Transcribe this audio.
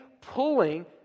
pulling